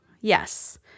Yes